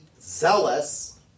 zealous